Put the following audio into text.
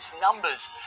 numbers